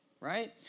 right